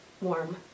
warm